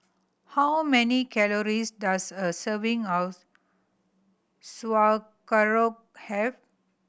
how many calories does a serving of Sauerkraut have